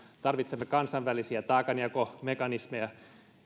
tarvitsemme kansainvälisiä taakanjakomekanismeja